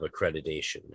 accreditation